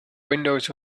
windows